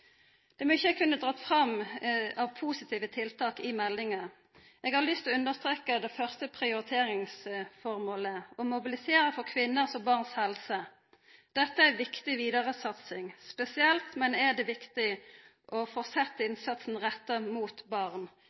Det er mykje eg kunne ha trekt fram av positive tiltak i meldinga. Eg har lyst til å understreka det første prioriteringsformålet – å mobilisera for kvinners og barns helse. Dette er ei viktig vidaresatsing, og det er spesielt viktig å fortsetja innsatsen retta mot barn.